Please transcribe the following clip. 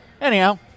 Anyhow